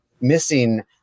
missing